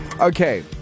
Okay